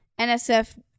NSF